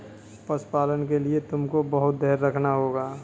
पशुपालन के लिए तुमको बहुत धैर्य रखना होगा